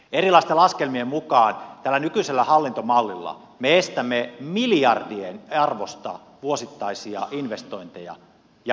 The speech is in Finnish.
erilaisten laskelmien mukaan tällä nykyisellä hallintomallilla me estämme miljardien arvosta vuosittaisia investointeja ja kehittämistyötä